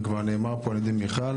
וכבר נאמר פה על ידי מיכל,